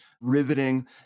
riveting